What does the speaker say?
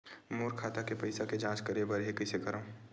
मोर खाता के पईसा के जांच करे बर हे, कइसे करंव?